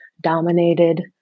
dominated